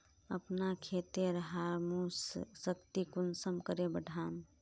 अपना खेतेर ह्यूमस शक्ति कुंसम करे बढ़ाम?